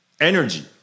energy